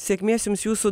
sėkmės jums jūsų